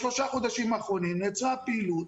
בשלושה החודשים האחרונים נעצרה הפעילות.